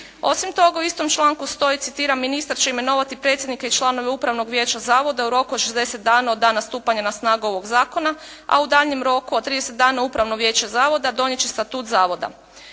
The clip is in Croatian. Osim toga, u istom članku stoji, citiram "ministar će imenovati predsjednika i članove upravnog vijeća zavoda u roku od 60 dana od dana stupanja na snagu ovog zakona, a u daljnjem roku od 30 dana upravno vijeće zavoda donijeti će statut zavoda."